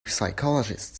psychologist